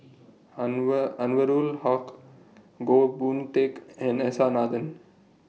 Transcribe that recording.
Anwarul Haque Goh Boon Teck and S R Nathan